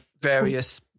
various